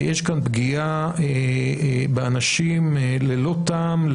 יש כאן פגיעה באנשים ללא טעם,